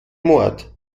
mord